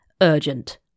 Urgent